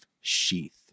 sheath